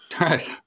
Right